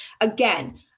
Again